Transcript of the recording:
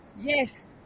Yes